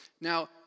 Now